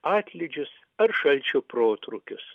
atlydžius ar šalčio protrūkius